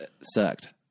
sucked